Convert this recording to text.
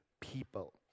people